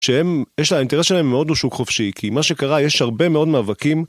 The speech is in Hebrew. שיש לה אינטרס שלהם מאוד לשוק חופשי כי מה שקרה יש הרבה מאוד מאבקים